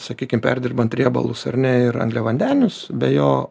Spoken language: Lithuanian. sakykim perdirbant riebalus ar ne ir angliavandenis be jo